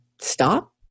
stop